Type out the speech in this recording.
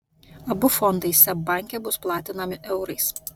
abu fondai seb banke bus platinami eurais